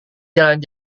jalan